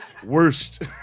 Worst